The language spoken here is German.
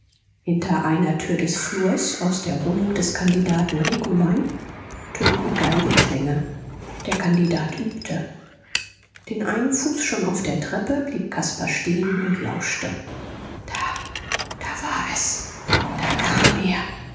hinter einer tür des flurs aus der wohnung des kandidaten regulein tönten geigenklänge der kandidat übte den einen fuß schon auf der treppe blieb caspar stehen und lauschte da da war es da kam er